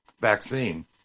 vaccine